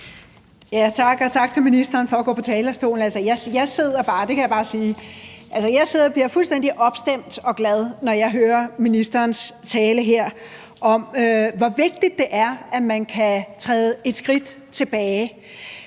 kan bare sige, at jeg sidder og bliver fuldstændig opstemt og glad, når jeg hører ministerens tale her om, hvor vigtigt det er, at man kan træde et skridt tilbage.